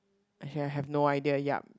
here I have no idea yup